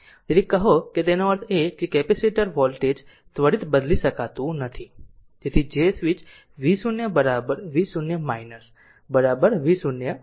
તેથી કહો કે તેનો અર્થ એ છે કે કેપેસિટર વોલ્ટેજ ત્વરિત બદલી શકતું નથી તેથી જે સ્વીચ v0 v0 v0 30 વોલ્ટની નજીક છે